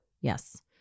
Yes